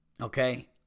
okay